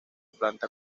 planta